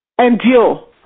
endure